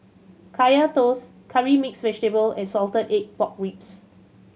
Kaya Toast Curry Mixed Vegetable and salted egg pork ribs